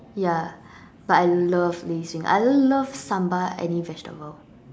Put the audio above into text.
ya but I love ladies finger I love sambal any vegetable